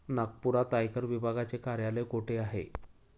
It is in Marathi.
नागपुरात आयकर विभागाचे कार्यालय कुठे आहे?